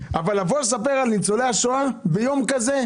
אבל לבוא ולספר על ניצולי השואה ביום כזה?